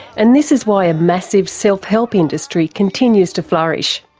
and this is why a massive self-help industry continues to flourish.